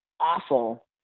awful